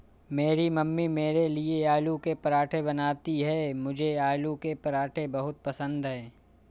मेरी मम्मी मेरे लिए आलू के पराठे बनाती हैं मुझे आलू के पराठे बहुत पसंद है